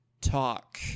talk